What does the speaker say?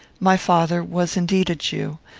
my father was indeed a jew,